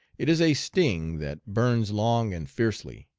it is a sting that burns long and fiercely.